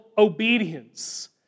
obedience